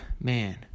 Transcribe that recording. man